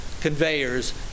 conveyors